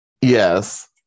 Yes